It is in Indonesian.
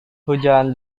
hujan